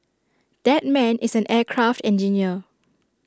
that man is an aircraft engineer